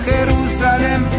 Jerusalem